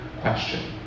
question